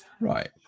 Right